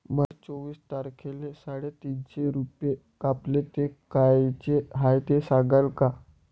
माये चोवीस तारखेले साडेतीनशे रूपे कापले, ते कायचे हाय ते सांगान का?